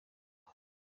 rugo